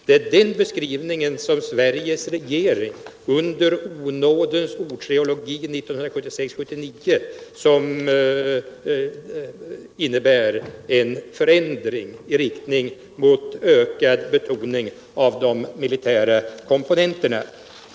Det är den beskrivning som Sveriges regering under onådens årtrilogi 1976-1979 står för som innebär en förändring i riktning mot ökad betoring av de militära komponenterna.